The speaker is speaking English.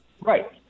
Right